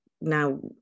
now